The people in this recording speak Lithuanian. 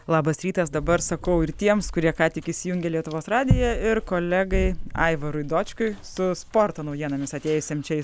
labas rytas dabar sakau ir tiems kurie ką tik įsijungė lietuvos radiją ir kolegai aivarui dočkui su sporto naujienomis atėjusiam čia į